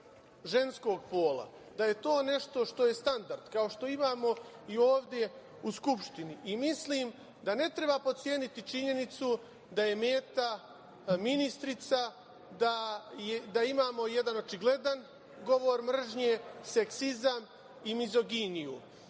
ženskog pola, da je to nešto što je standard, kao što imamo i ovde u Skupštini. Mislim da ne treba potceniti činjenicu da je meta ministrica, da imamo jedan očigledan govor mržnje, seksizam i mizoginiju. Onaj